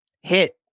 hit